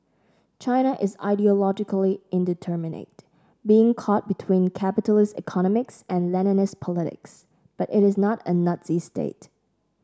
China is ideologically indeterminate being caught between capitalist economics and Leninist politics but it is not a Nazi state